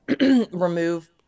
remove